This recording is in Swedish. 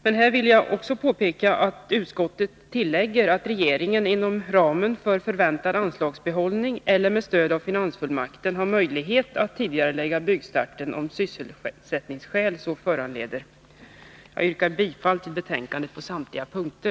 Jag vill dock påpeka att utskottet tillägger att regeringen inom ramen för förväntad anslagsbehållning eller med stöd av finansfullmakten har möjlighet att tidigarelägga byggstarten, om sysselsättningsskäl så föranleder. Jag yrkar bifall till utskottets hemställan på samtliga punkter.